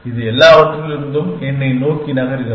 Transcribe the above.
இது எல்லாவற்றிலிருந்தும் என்னை நோக்கி நகர்கிறது